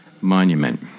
monument